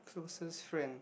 closest friend